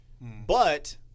But-